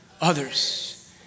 Others